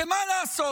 כי מה לעשות,